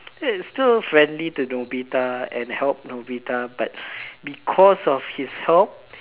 he's still friendly to Nobita and help Nobita but because of his help